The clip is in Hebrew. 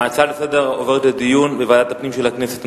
ההצעות לסדר-היום עוברות לדיון בוועדת הפנים של הכנסת.